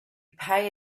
pay